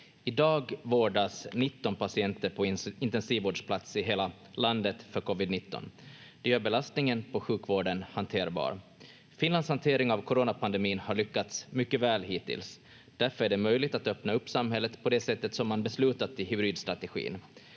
I dag vårdas 19 patienter i hela landet på intensivvårdsplats för covid-19. Det gör belastningen på sjukvården hanterbar. Finlands hantering av coronapandemin har lyckats mycket väl hittills. Därför är det möjligt att öppna upp samhället på det sättet som man beslutat i hybridsstrategin.